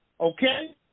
Okay